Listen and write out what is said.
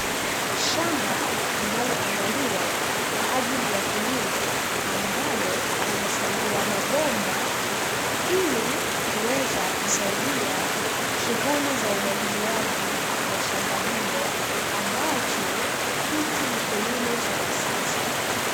Shamba linaloandaliwa kwa ajili ya kilimo, ambalo limefungiwa mabomba ili kuweza kusaidia shughuli za umwagiliaji wa shamba hilo; ambacho hichi ni kilimo cha kisasa.